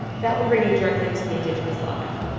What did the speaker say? that'll bring you directly to the indigenous law guide.